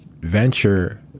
venture